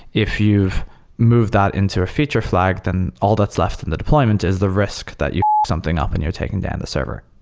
if you've moved that into a future flag, then all that's left in the deployment is the risk that you fuck something up and you're taking down the server.